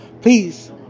please